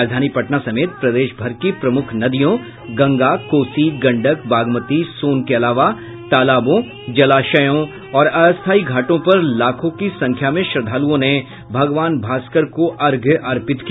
राजधानी पटना समेत प्रदेशभर की प्रमुख नदियों गंगा कोसी गंडक बागमती सोन के अलावा तालाबों जलाशयों और अस्थायी घाटों पर लाखों की संख्या में श्रद्वालुओं ने भागवान भास्कर को अर्घ्य अर्पित किया